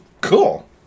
Cool